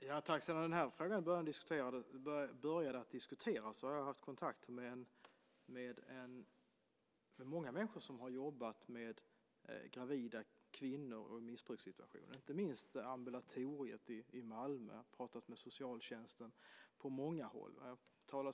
Fru talman! Sedan den här frågan började diskuteras har jag haft kontakt med många människor som jobbat med gravida kvinnor i missbrukssituationer, inte minst med Ambulatoriet i Malmö. Jag har också pratat med socialtjänsten på många håll.